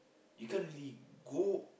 you can't really go